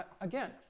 again